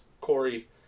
Corey